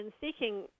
seeking